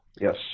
Yes